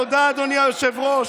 תודה, אדוני היושב-ראש.